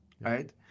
right